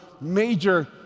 major